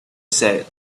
said